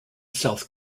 south